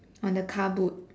on the car boat